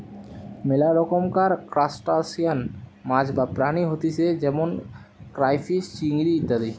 মেলা রকমকার ত্রুসটাসিয়ান মাছ বা প্রাণী হতিছে যেমন ক্রাইফিষ, চিংড়ি ইত্যাদি